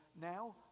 now